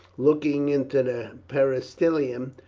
looking into the peristylium,